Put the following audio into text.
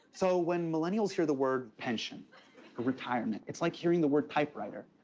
so, when millennials hear the word pension or retirement, it's like hearing the word typewriter.